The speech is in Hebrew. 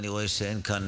אני רואה שאין כאן,